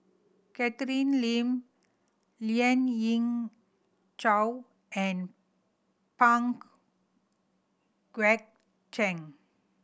Catherine Lim Lien Ying Chow and Pang Guek Cheng